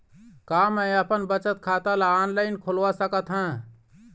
का मैं अपन बचत खाता ला ऑनलाइन खोलवा सकत ह?